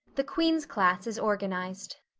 the queens class is organized